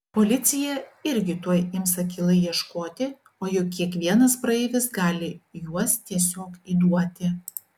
policija irgi tuoj ims akylai ieškoti o juk kiekvienas praeivis gali juos tiesiog įduoti